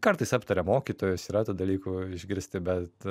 kartais aptaria mokytojus yra tų dalykų išgirsti bet